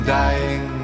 dying